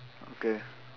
okay